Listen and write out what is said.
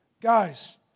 guys